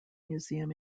museum